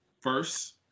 First